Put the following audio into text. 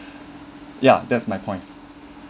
ya that's my point